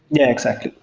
yeah, exactly.